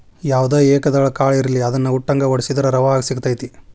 ಯಾವ್ದ ಏಕದಳ ಕಾಳ ಇರ್ಲಿ ಅದ್ನಾ ಉಟ್ಟಂಗೆ ವಡ್ಸಿದ್ರ ರವಾ ಸಿಗತೈತಿ